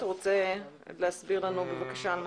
אתה רוצה להסביר לנו בבקשה.